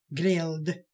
Grilled